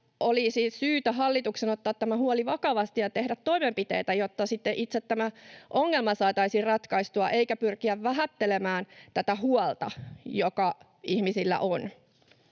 olisi syytä ottaa tämä huoli vakavasti ja tehdä toimenpiteitä, jotta sitten itse tämä ongelma saataisiin ratkaistua, eikä pyrkiä vähättelemään tätä huolta, joka ihmisillä on.